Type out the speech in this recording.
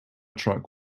truck